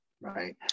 Right